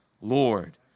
Lord